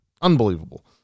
Unbelievable